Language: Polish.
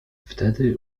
wtedy